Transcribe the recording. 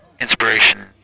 inspiration